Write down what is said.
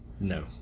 No